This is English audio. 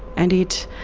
and it